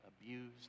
abused